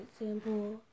example